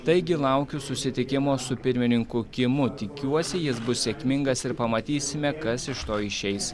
taigi laukiu susitikimo su pirmininku kimu tikiuosi jis bus sėkmingas ir pamatysime kas iš to išeis